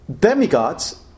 demigods